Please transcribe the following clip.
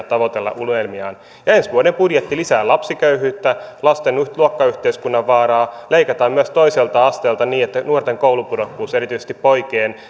tavoitella unelmiaan ensi vuoden budjetti lisää lapsiköyhyyttä lasten luokkayhteiskunnan vaaraa leikataan myös toiselta asteelta niin että nuorten koulupudokkuus erityisesti poikien